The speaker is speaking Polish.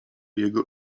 jego